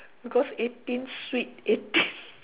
because eighteen sweet eighteen